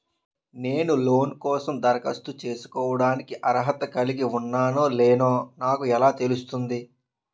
నేను లోన్ కోసం దరఖాస్తు చేసుకోవడానికి అర్హత కలిగి ఉన్నానో లేదో నాకు ఎలా తెలుస్తుంది?